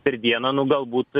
per dieną nu galbūt